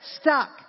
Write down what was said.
stuck